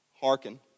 hearken